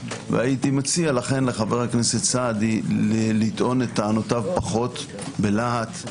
והייתי מציע לכן לחבר הכנסת סעדי לטעון טענותיו פחות בלהט.